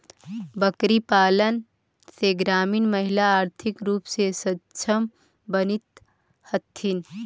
बकरीपालन से ग्रामीण महिला आर्थिक रूप से सक्षम बनित हथीन